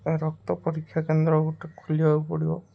ରକ୍ତ ପରୀକ୍ଷା କେନ୍ଦ୍ର ଗୋଟେ ଖୋଲିବାକୁ ପଡ଼ିବ